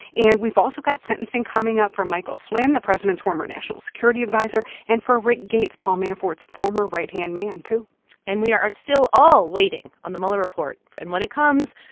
and we've also got sentencing coming up for michael flynn, the president's former national security adviser, and for rick gates, paul manafort's former right-hand man, too and we are still all waiting on the mueller report. and when it comes,